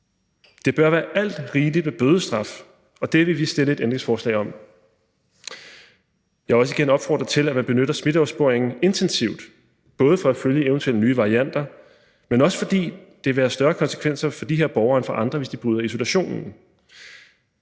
Det bør være alt rigeligt med bødestraf, og det vil vi stille et ændringsforslag om. Jeg vil også igen opfordre til, at man benytter smitteopsporing intensivt, både for at følge eventuelle nye varianter, men også fordi det vil have større konsekvenser for de her borgere end for andre, hvis de bryder isolationen.